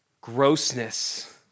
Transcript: grossness